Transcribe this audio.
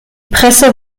presse